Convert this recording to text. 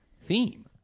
Theme